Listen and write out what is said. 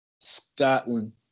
Scotland